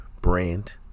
Brand